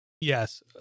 yes